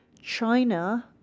China